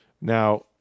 Now